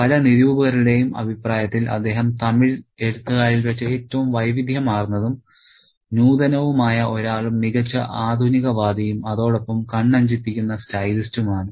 പല നിരൂപകരുടെയും അഭിപ്രായത്തിൽ അദ്ദേഹം തമിഴ് എഴുത്തുകാരിൽ വെച്ച് ഏറ്റവും വൈവിധ്യമാർന്നതും നൂതനവുമായ ഒരാളും മികച്ച ആധുനികവാദിയും അതോടൊപ്പം കണ്ണഞ്ചിപ്പിക്കുന്ന സ്റ്റൈലിസ്റ്റുമാണ്